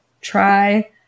try